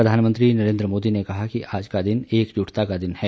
प्रधानमंत्री नरेंद्र मोदी ने कहा आज का दिन एकजुटता का दिन है